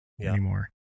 anymore